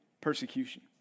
persecution